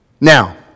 Now